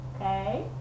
Okay